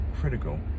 critical